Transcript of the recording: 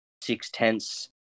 six-tenths